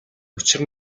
учир